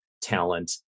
talent